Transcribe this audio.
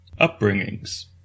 upbringings